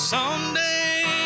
Someday